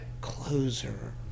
closer